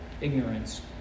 ignorance